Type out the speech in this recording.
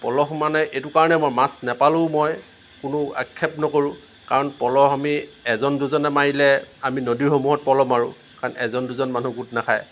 পলহ মানে এইটো কাৰণে মই মাছ নাপালেও মই কোনো আক্ষেপ নকৰোঁ কাৰণ প'লহ আমি এজন দুজনে মাৰিলে আমি নদীসমূহত প'লহ মাৰোঁ কাৰণ এজন দুজন মানুহ গোট নাখায়